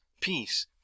peace